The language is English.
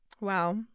wow